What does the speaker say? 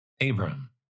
Abram